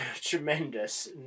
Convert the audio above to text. Tremendous